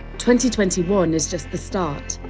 twenty twenty one is just the start,